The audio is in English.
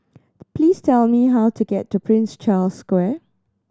please tell me how to get to Prince Charles Square